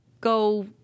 go